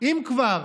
אם כבר,